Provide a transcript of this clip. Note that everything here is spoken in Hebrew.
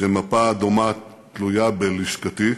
שמפה דומה תלויה בלשכתי,